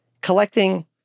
collecting